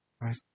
Right